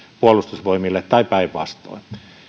puolustusvoimille tai päinvastoin